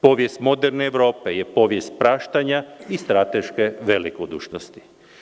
Povjest moderne Evrope je povjest praštanja i strateške velikodušnosti.